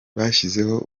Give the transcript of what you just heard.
bashyizeho